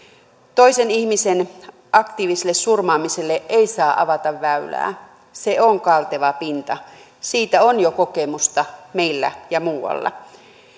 toisen ihmisen aktiiviselle surmaamiselle ei saa avata väylää se on kalteva pinta siitä on jo kokemusta meillä ja muualla